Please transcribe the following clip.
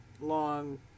long